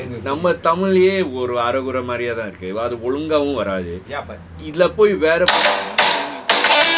eh நம்ம:namma tamil ல எ ஒரு அரா கோரா மாரியா தான் இருக்கு.. ஒழுங்காவும் வாராது:la ye oru ara kora mariyaatha thaan irukku olungawum waraathu